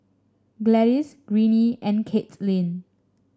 Gladis Greene and Caitlynn